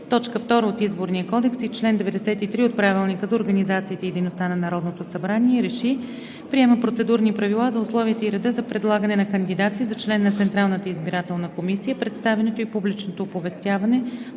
2, т. 2 от Изборния кодекс и чл. 93 от Правилника за организацията и дейността на Народното събрание РЕШИ: Приема Процедурни правила за условията и реда за предлагане на кандидати за член на Централната избирателна комисия, представянето и публичното оповестяване